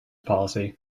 policy